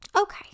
okay